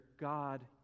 God